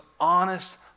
honest